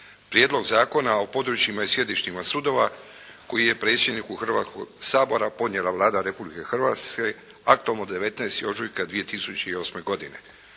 Prijedlog zakona o područjima i sjedištima sudova koji je predsjedniku Hrvatskoga sabora podnijela Vlada Republike Hrvatske aktom od 19. ožujka 2008. godine.